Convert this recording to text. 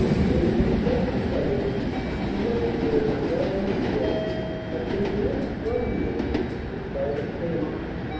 it is with special pleasure he has heard that valenciennes had been delivered from the enemy by the canadians.